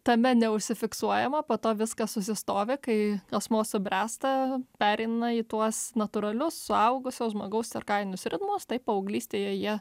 tame neušsifiksuojama po to viskas susistovi kai asmuo subręsta pereina į tuos natūralius suaugusio žmogaus cirkadinius ritmus taip paauglystėje jie